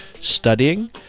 studying